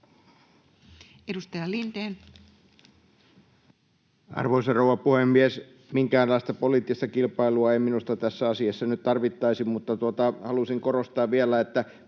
Edustaja Lindén. Arvoisa rouva puhemies! Minkäänlaista poliittista kilpailua ei minusta tässä asiassa nyt tarvittaisi, mutta halusin korostaa vielä, että